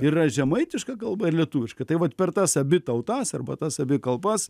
yra žemaitiška kalba ir lietuviška tai vat per tas abi tautas arba tas abi kalbas